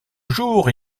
jours